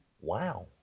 Wow